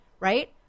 Right